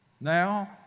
Now